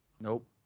Nope